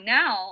now